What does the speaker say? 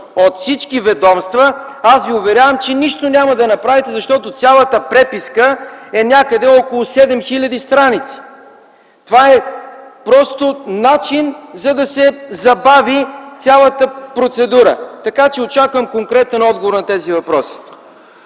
от всички ведомства, уверявам Ви, че нищо няма да направите, защото цялата преписка е някъде около 7 хил. страници. Това е начин, за да се забави цялата процедура. Така че очаквам конкретен отговор на тези въпроси.